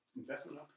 Investment